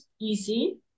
easy